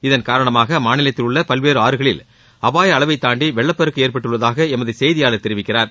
இதன் காரணமாக அம்மாநிலத்தில் உள்ள பல்வேறு ஆறுகளில் அபாய அளவைத் தாண்டி வெள்ள பெருக்கு ஏற்பட்டுள்ளதாக எமது செய்தியாளர் தெரிவிக்கிறார்